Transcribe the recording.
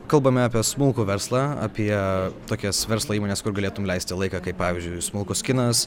kalbame apie smulkų verslą apie tokias verslo įmones kur galėtum leisti laiką kaip pavyzdžiui smulkus kinas